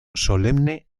solemne